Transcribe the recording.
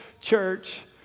church